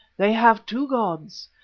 they have two gods.